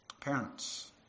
Parents